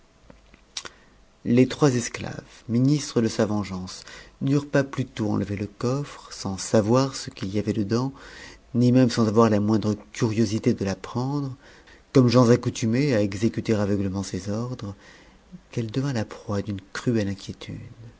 les trois esclaves ministres de sa vengeance n'eurent pas plutôt enlevé le coffre sans savoir ce qu'il y avait dedans ni même sans avoir la moindre curiosité de l'apprendre comme gens accoutumés à exécuter aveuglément ses ordres qu'elle devint la proie d'une cruelle inquiétude